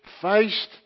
faced